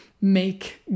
make